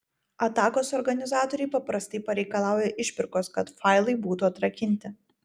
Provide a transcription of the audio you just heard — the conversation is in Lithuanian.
atakos organizatoriai paprastai pareikalauja išpirkos kad failai būtų atrakinti